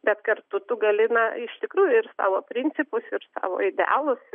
bet kartu tu gali na iš tikrųjų ir savo principus ir savo idealus